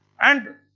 and